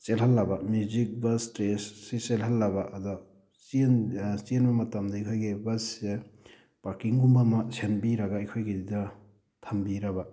ꯆꯦꯜꯍꯜꯂꯕ magic bus ꯁꯤ ꯆꯦꯜꯍꯜꯂꯕ ꯑꯗ ꯆꯦꯟ ꯆꯦꯟꯕ ꯃꯇꯝꯗ ꯑꯩꯈꯣꯏꯒꯤ ꯕꯁꯁꯦ ꯄꯥꯔꯀꯤꯛꯒꯨꯝꯕ ꯑꯃ ꯁꯦꯝꯕꯤꯔꯒ ꯑꯩꯈꯣꯏꯒꯤꯗꯨꯗ ꯊꯝꯕꯤꯔꯕ